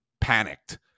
panicked